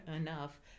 enough